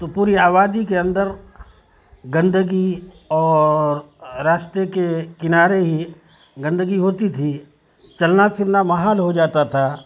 تو پوری آبادی کے اندر گندگی اور راستے کے کنارے ہی گندگی ہوتی تھی چلنا پھرنا محال ہو جاتا تھا